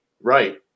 Right